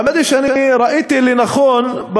האמת היא שראיתי לנכון,